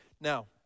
now